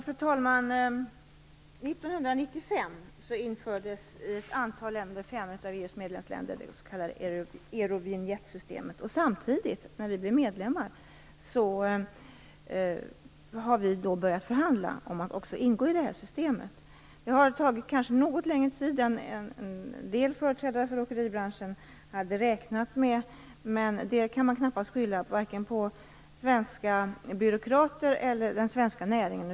Fru talman! År 1995 infördes i fem av EU:s medlemsländer det s.k. eurovinjettsystemet. Samtidigt som vi blev medlemmar har vi börjat förhandla om att ingå i det systemet. Det har kanske tagit något längre tid än en del företrädare för åkeribranschen hade räknat med. Men det kan man knappast skylla på svenska byråkrater eller på den svenska näringen.